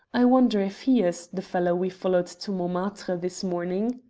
i wonder if he is the fellow we followed to montmartre this morning?